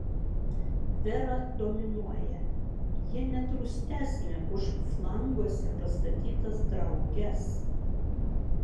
vera dominuoja ji net rūstesnė už flanguose pastatytas drauges